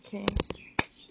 okay